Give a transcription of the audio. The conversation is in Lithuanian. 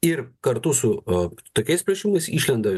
ir kartu su tokiais plėšimais išlenda